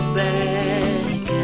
back